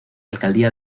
alcaldía